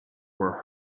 were